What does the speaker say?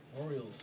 Orioles